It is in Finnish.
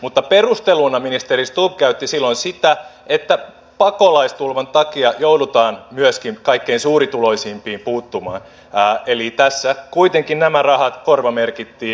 mutta perusteluna ministeri stubb käytti silloin sitä että pakolaistulvan takia joudutaan myöskin kaikkein suurituloisimpiin puuttumaan eli tässä kuitenkin nämä rahat korvamerkittiin